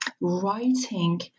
writing